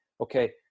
okay